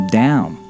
down